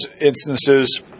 instances